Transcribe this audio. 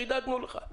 חידדנו לך.